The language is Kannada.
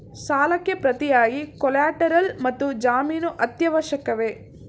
ಸಾಲಕ್ಕೆ ಪ್ರತಿಯಾಗಿ ಕೊಲ್ಯಾಟರಲ್ ಮತ್ತು ಜಾಮೀನು ಅತ್ಯವಶ್ಯಕವೇ?